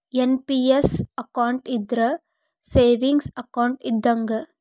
NPS account ಇದ್ರ savings account ಇದ್ದಂಗ